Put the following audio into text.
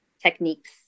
techniques